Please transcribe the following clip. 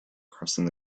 crossing